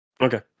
Okay